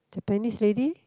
Japanese lady